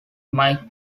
mike